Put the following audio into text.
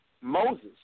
Moses